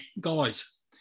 guys